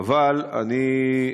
אבל אני,